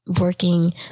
working